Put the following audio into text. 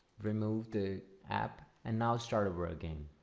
remove the app and now start over again.